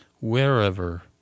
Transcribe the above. wherever